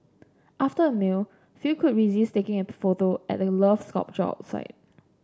after a meal few could resist taking a photo at the Love sculpture outside